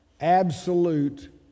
absolute